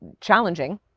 challenging